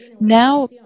now